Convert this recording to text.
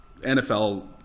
NFL